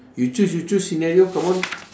you choose you choose scenario come on